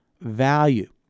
value